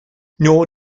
nor